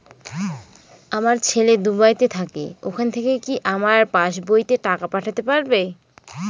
আমার ছেলে দুবাইতে থাকে ওখান থেকে কি আমার পাসবইতে টাকা পাঠাতে পারবে?